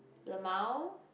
lmao